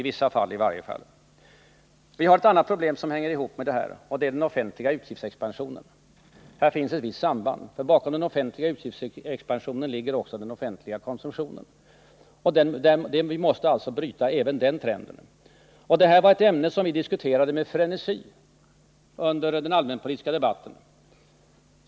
Vi har ett annat problem som hänger ihop med detta, och det är den offentliga utgiftsexpansionen. Här finns ett visst samband; bakom den offentliga utgiftsexpansionen ligger också den offentliga konsumtionen. Och vi måste bryta trenden även här. Detta var ett ämne som vi diskuterade med frenesi under den allmänpolitiska debatten.